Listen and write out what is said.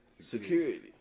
security